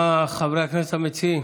מה אומרים חברי הכנסת המציעים?